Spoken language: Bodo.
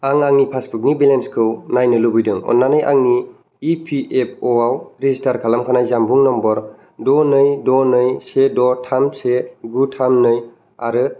आं आंनि पासबुकनि बेलेन्सखौ नायनो लुबैदों अननानै आंनि इ पि एफ अ आव रेजिस्टार खालामखानाय जानबुं नम्बर द' नै द' नै से द' थाम से गु थाम नै आरो